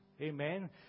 Amen